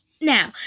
Now